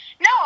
No